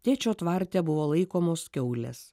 tėčio tvarte buvo laikomos kiaulės